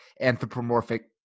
anthropomorphic